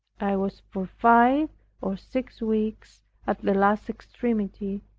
i was for five or six weeks at the last extremity.